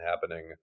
happening